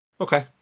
Okay